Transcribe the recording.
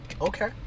okay